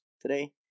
today